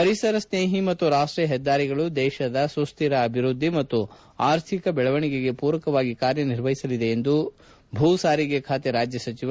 ಪರಿಸ್ನೇಹಿ ಮತ್ತು ರಾಷ್ಟೀಯ ಹೆದ್ದಾರಿಗಳು ದೇಶದ ಸ್ಕೂರ ಅಭಿವೃದ್ಧಿ ಮತ್ತು ಆರ್ಥಿಕ ಬೆಳವಣಿಗೆಗೆ ಪೂರಕವಾಗಿ ಕಾರ್ಯ ನಿರ್ವಹಿಸಲಿದೆ ಎಂದು ಭೂ ಸಾರಿಗೆ ಖಾತೆ ರಾಜ್ಯ ಸಚಿವ ವಿ